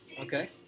Okay